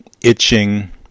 itching